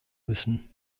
müssen